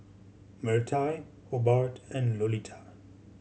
Mirtie Hobart and Lolita